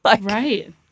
Right